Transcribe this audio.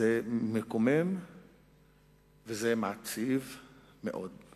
שזה מקומם ומעציב אותי מאוד.